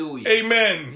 amen